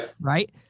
Right